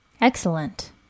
Excellent